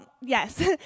yes